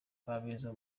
kabeza